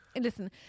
listen